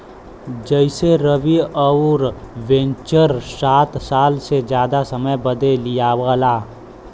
जइसेरवि अउर वेन्चर सात साल से जादा समय बदे लिआला